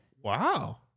Wow